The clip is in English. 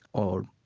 or